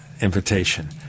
invitation